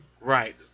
Right